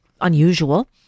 unusual